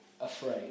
afraid